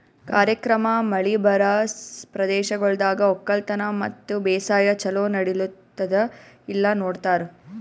ಕಾರ್ಯಕ್ರಮ ಮಳಿ ಬರಾ ಪ್ರದೇಶಗೊಳ್ದಾಗ್ ಒಕ್ಕಲತನ ಮತ್ತ ಬೇಸಾಯ ಛಲೋ ನಡಿಲ್ಲುತ್ತುದ ಇಲ್ಲಾ ನೋಡ್ತಾರ್